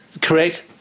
Correct